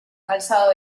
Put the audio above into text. calzado